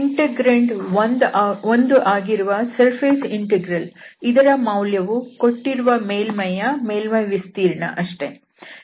integrand 1 ಆಗಿರುವ surface integral ಇದರ ಮೌಲ್ಯವು ಕೊಟ್ಟಿರುವ ಮೇಲ್ಮೈಯ ಮೇಲ್ಮೈ ವಿಸ್ತೀರ್ಣ ಅಷ್ಟೇ